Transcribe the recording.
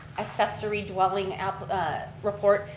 accessory dwelling report,